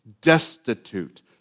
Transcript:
destitute